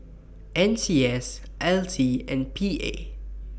N C S L T and P A